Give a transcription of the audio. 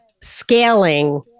scaling